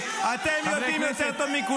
אתם הורסים את המדינה.